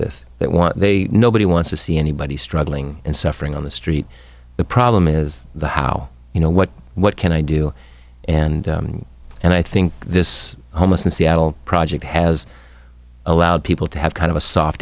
this that want they nobody wants to see anybody struggling and suffering on the street the problem is the how you know what what can i do and and i think this almost in seattle project has allowed people to have kind of a soft